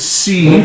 see